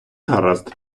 гаразд